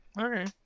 Okay